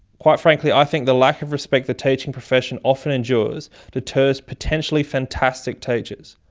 quite frankly, i think the lack of respect the teaching profession often endures deters potentially fantastic teachers.